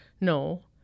no